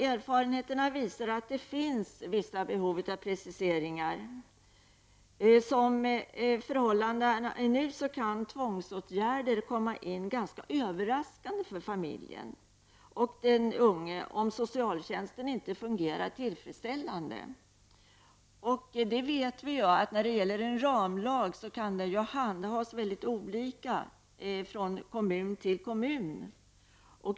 Erfarenheterna visar att det finns vissa behov av preciseringar. Som förhållandena är nu kan tvångsåtgärder komma in ganska överraskande för familjen och den unge, om socialtjänsten inte fungerar tillfredsställande. Vi vet att en ramlag kan handhas mycket olika från kommun till kommun.